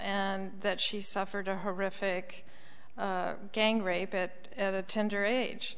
and that she suffered a horrific gang rape it at a tender age